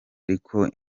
ariko